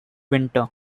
winter